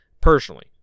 personally